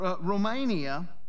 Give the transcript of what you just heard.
Romania